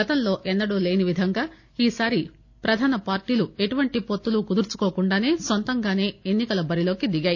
గతంలో ఎన్నడూ లేనివిధంగా ఈసారి ప్రధాన పార్టీలు ఎటువంటి పొత్తులు కుదుర్చుకోకుండా సొంతంగానే ఎన్సికల బరిలోకి దిగాయి